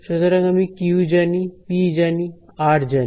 সুতরাং আমি কিউ জানি পি জানি আর জানি